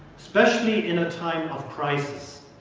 especially in a time of crisis,